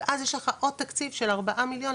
הרי הם לא הוציאו את זה מתקציב שכר של המשרד,